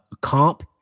comp